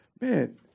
Man